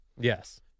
Yes